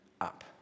up